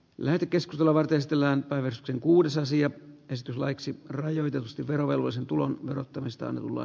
lähetekeskustelulla testillä pärskin kuudessa si estrelaicsin rajoitetusti terveellisen tulon verottamista nulla